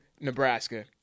Nebraska